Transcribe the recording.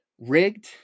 rigged